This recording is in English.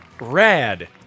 Rad